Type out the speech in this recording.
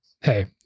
hey